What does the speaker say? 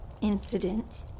incident